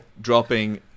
dropping